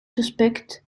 suspectes